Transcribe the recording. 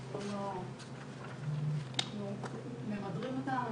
אנחנו ממדרים אותם,